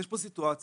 יש פה סיטואציה